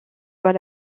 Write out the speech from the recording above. soit